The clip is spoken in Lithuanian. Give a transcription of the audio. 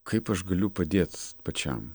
kaip aš galiu padėts pačiam